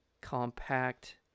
compact